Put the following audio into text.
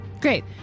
Great